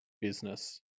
business